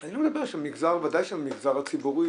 אני לא מדבר עכשיו ודאי שהמגזר הציבורי